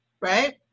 right